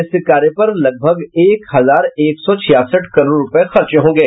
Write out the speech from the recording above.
इस कार्य पर लगभग एक हजार एक सौ छियासठ करोड़ रूपये खर्च होंगे